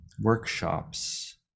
workshops